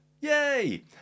Yay